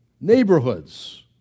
Neighborhoods